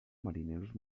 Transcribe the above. marineros